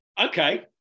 okay